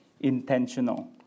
intentional